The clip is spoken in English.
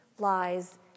lies